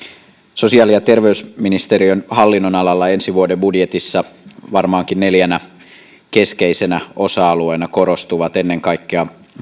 sosiaali ja terveysministeriön hallinnonalalla ensi vuoden budjetissa varmaankin neljänä keskeisenä osa alueena korostuvat ennen kaikkea